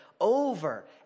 over